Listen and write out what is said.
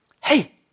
hey